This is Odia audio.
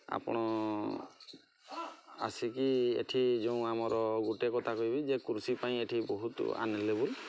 ଆପଣ ଆସିକି ଏଠି ଯେଉଁ ଆମର ଗୁଟେ କଥା କହିବି ଯେ କୃଷି ପାଇଁ ଗୋଟେ ବହୁତ ଅନ୍ଆଭେଲେବୁଲ୍